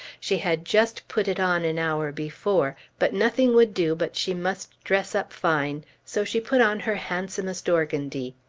she had just put it on an hour before, but nothing would do but she must dress up fine so she put on her handsomest organdie.